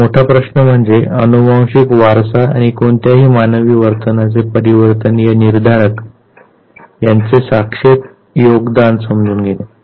आता मोठा प्रश्न म्हणजे अनुवांशिक वारसा आणि कोणत्याही मानवी वर्तनाचे पर्यावरणीय निर्धारक यांचे सापेक्ष योगदान समजून घेणे